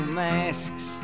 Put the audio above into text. masks